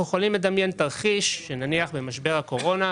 אנחנו יכולים לדמיין תרחיש: במשבר כמו הקורונה,